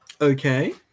Okay